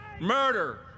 Murder